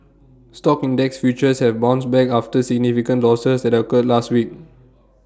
stock index futures have bounced back after significant losses that occurred last week